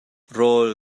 rawl